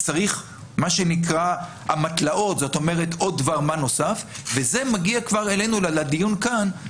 צריך עוד דבר מה נוסף וזה מגיע כבר אלינו לדיון שאנחנו